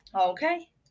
okay